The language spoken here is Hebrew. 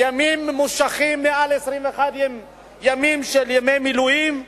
ימים ממושכים, מעל 21 ימי מילואים,